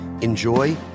Enjoy